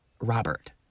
Robert